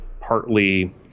partly